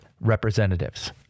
representatives